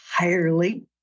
entirely